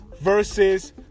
versus